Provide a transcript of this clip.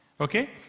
okay